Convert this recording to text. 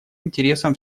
интересам